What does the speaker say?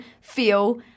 feel